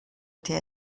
était